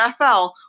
nfl